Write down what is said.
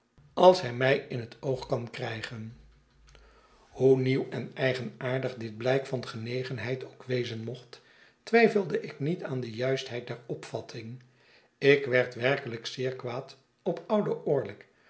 als hij mij in het oog kan krijgen hoe nieuw en eigenaardig dit blijk van genegenheid ook wezen mocht twijfelde ik niet aan de juistheid der opvatting ik werd werkelijk zeer kwaad op ouden orlick